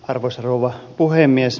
arvoisa rouva puhemies